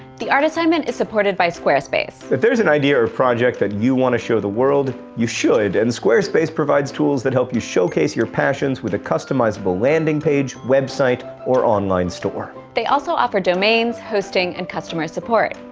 the art assignment is supported by squarespace. if there's an idea or project that you want to show the world, you should. and squarespace provides tools that help you showcase your passions with a customizable landing page, website, or online store. they also offer domains, hosting, and customer support.